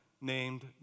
named